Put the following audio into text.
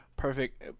perfect